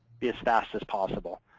be as fast as possible.